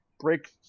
break